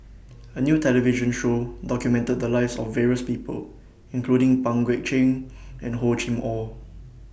A New television Show documented The Lives of various People including Pang Guek Cheng and Hor Chim Or